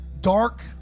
dark